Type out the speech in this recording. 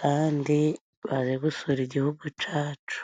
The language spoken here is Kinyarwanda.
kandi baje gusura igihugu cacu.